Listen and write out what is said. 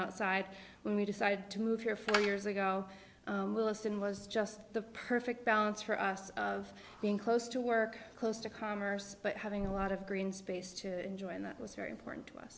outside when we decided to move here four years ago willesden was just the perfect balance for us of being close to work close to commerce but having a lot of green space to enjoy and that was very important to us